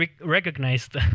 recognized